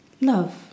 love